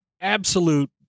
absolute